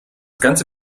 ganze